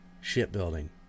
shipbuilding